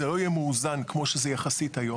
זה לא יהיה מאוזן כמו שזה יחסית היום.